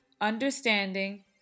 understanding